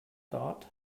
thought